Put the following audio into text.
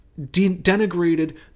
denigrated